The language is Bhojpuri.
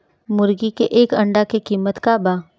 मुर्गी के एक अंडा के कीमत का बा?